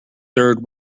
third